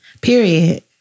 Period